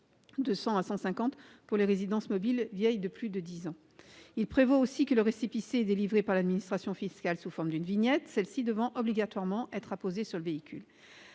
de 100 à 150 euros pour les résidences mobiles vieilles de plus de dix ans. Il prévoit aussi que le récépissé est délivré par l'administration fiscale sous forme d'une vignette, celle-ci devant obligatoirement être apposée sur le véhicule.